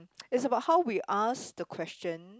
is about how we ask the question